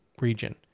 region